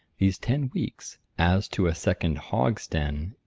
these ten weeks, as to a second hogsden,